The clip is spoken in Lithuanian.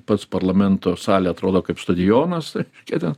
pats parlamento salė atrodo kaip stadionas tie ten